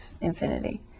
infinity